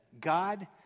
God